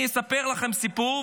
אני אספר לכם סיפור,